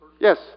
Yes